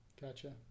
Gotcha